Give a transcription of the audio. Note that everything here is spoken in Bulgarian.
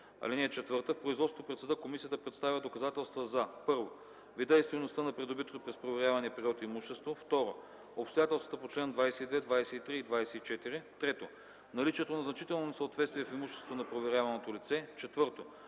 (4) В производството пред съда комисията представя доказателства за: 1. вида и стойността на придобитото през проверявания период имущество; 2. обстоятелствата по чл. 22, 23 и 24; 3. наличието на значително несъответствие в имуществото на проверяваното лице; 4.